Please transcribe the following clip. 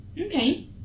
Okay